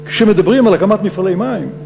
כשמדברים על הקמת מפעלי מים,